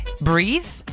Breathe